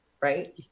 right